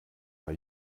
bei